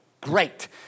Great